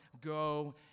go